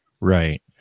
Right